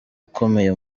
ukomeye